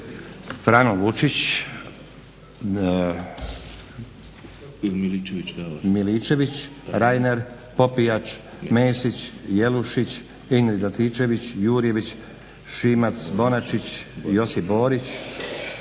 Frano Lucić, Miličević, Reiner, Popijač, Mesić, Jelušić, Ingrid Antičević, Jurjević, Šimac-Bonačić, Josip Borić,